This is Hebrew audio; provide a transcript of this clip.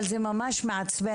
אבל זה קצת מעצבן